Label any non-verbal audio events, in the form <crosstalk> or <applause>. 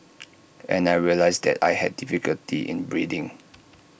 <noise> and I realised that I had difficulty in breathing